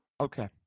Okay